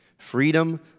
Freedom